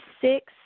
six